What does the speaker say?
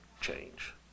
change